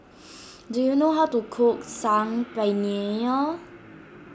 do you know how to cook Saag Paneer